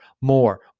more